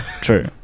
True